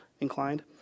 inclined